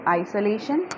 isolation